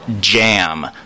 Jam